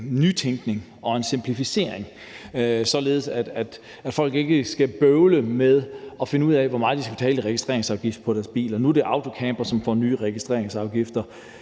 nytænkning og en simplificering, således at folk ikke skal bøvle med at finde ud af, hvor meget de skal betale i registreringsafgift på deres biler. Nu er det autocampere, som får nye registreringsafgifter.